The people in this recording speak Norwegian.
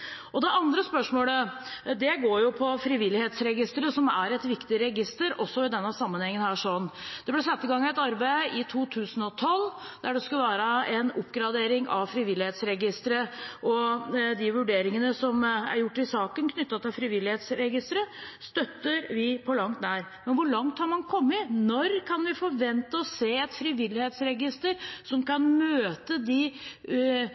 Det andre spørsmålet går på Frivillighetsregisteret, som er et viktig register også i denne sammenhengen. Det ble satt i gang et arbeid i 2012, der det skulle være en oppgradering av Frivillighetsregisteret, og de vurderingene som er gjort i saken knyttet til Frivillighetsregisteret, støtter vi langt på vei. Men hvor langt er man kommet? Når kan vi forvente å se et frivillighetsregister som kan møte de